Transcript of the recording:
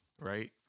right